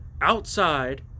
outside